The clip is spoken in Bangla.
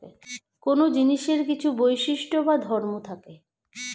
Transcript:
কোন জিনিসের কিছু বৈশিষ্ট্য বা ধর্ম থাকে